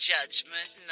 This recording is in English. Judgment